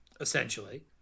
Essentially